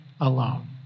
alone